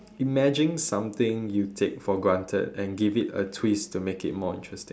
imagine something you take for granted and give it a twist to make it more interesting